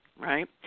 right